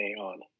on